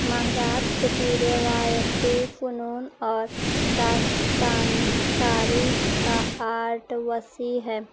مہاراشٹر کی روایتی فنون اور داستانی کاری کا آرٹ وسیع ہے